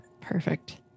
Perfect